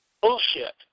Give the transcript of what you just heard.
bullshit